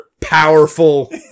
powerful